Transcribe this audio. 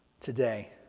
today